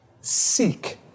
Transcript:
seek